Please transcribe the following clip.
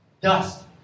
dust